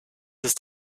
ist